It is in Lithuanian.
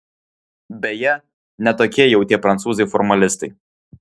beje ne tokie jau tie prancūzai formalistai